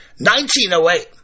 1908